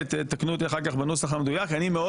ותתקנו אותי אחר כך לגבי הנוסח המדויק: "אני מאוד